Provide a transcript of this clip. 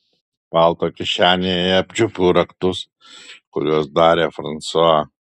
palto kišenėje apčiuopiau raktus kuriuos davė fransua